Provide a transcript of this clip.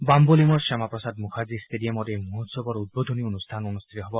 বাম্বোলিমৰ শ্যামা প্ৰসাদ মুখাৰ্জী ষ্টেডিয়ামত এই মহোৎসৱৰ উদ্বোধনী অনুষ্ঠান অনুষ্ঠিত হ'ব